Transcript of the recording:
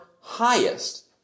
highest